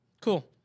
Cool